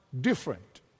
different